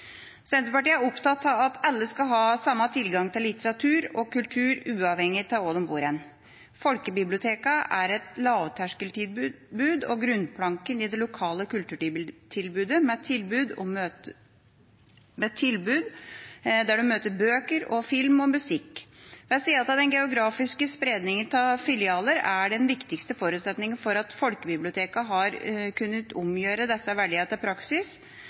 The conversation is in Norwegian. Senterpartiet er opptatt av at alle skal ha samme tilgang til litteratur og kultur, uavhengig av hvor de bor. Folkebibliotekene er et lavterskeltilbud og bunnplanken i det lokale kulturtilbudet, med tilbud der en møter bøker, film og musikk. Ved siden av den geografiske spredningen av filialer er den viktigste forutsetningen for at folkebibliotekene har kunnet omgjøre disse verdiene til praksis